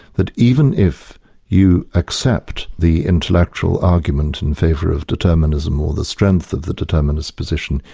that even if you accept the intellectual argument in favour of determinism or the strength of the determinist position,